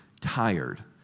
tired